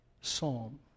psalm